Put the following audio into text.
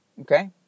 okay